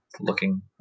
looking